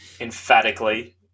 Emphatically